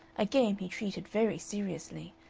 a game he treated very seriously,